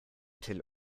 till